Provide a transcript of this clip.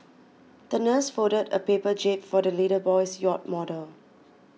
the nurse folded a paper jib for the little boy's yacht model